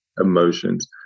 emotions